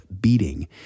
beating